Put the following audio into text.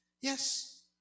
Yes